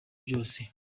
byose